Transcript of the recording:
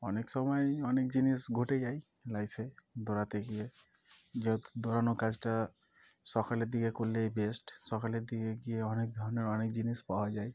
অনেক সময় অনেক জিনিস ঘটে যায় লাইফে দৌড়াতে গিয়ে যেহেতু দৌড়ানো কাজটা সকালের দিকে করলেই বেস্ট সকালের দিকে গিয়ে অনেক ধরনের অনেক জিনিস পাওয়া যায়